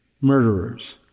murderers